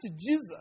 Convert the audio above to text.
Jesus